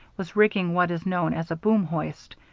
was rigging what is known as a boom hoist,